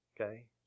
Okay